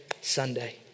Sunday